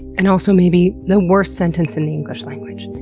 and also maybe the worst sentence in the english language.